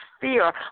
fear